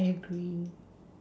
I agree